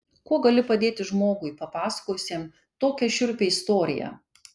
kuo gali padėti žmogui papasakojusiam tokią šiurpią istoriją